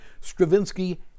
Stravinsky